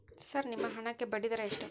Sir ನಿಮ್ಮ ಹಣಕ್ಕೆ ಬಡ್ಡಿದರ ಎಷ್ಟು?